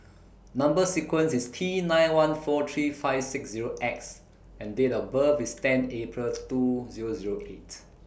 Number sequence IS T nine one four three five six Zero X and Date of birth IS ten April two Zero Zero eight